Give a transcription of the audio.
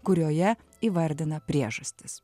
kurioje įvardina priežastis